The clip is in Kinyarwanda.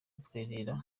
dukeneye